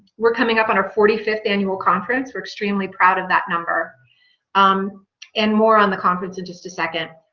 we're coming up on our forty fifth annual conference. we're extremely proud of that number um and more on the conference in just a second.